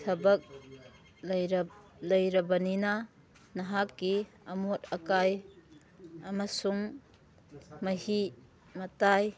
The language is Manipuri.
ꯊꯕꯛ ꯂꯩꯔꯕꯅꯤꯅ ꯅꯍꯥꯛꯀꯤ ꯑꯃꯣꯠ ꯑꯀꯥꯏ ꯑꯃꯁꯨꯡ ꯃꯍꯤꯛ ꯃꯇꯥꯏ